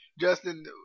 Justin